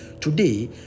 today